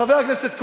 חבר הכנסת כהן,